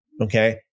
okay